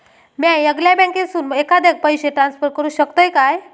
म्या येगल्या बँकेसून एखाद्याक पयशे ट्रान्सफर करू शकतय काय?